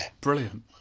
Brilliant